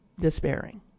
despairing